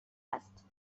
است